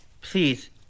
Please